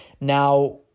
Now